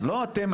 לא אתם,